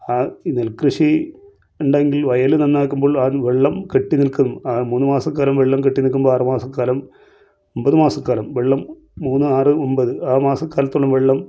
ആ നെൽക്കൃഷി ഉണ്ടെങ്കിൽ വയല് നന്നാക്കുമ്പോൾ ആ വെള്ളം കെട്ടി നിൽക്കും ആ മൂന്ന് മാസം കാലം വെള്ളം കെട്ടി നിൽക്കുമ്പോൾ ആറ് മാസക്കാലം ഒമ്പത് മാസക്കാലം വെള്ളം മൂന്ന് ആറ് ഒമ്പത് ആ മാസക്കാലത്തോളം വെള്ളം